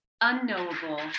unknowable